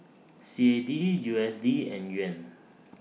C A D U S D and Yuan